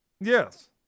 Yes